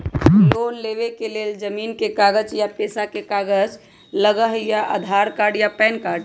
Loan लेवेके लेल जमीन के कागज या पेशा के कागज लगहई या आधार कार्ड या पेन कार्ड?